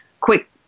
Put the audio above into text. quick